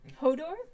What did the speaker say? Hodor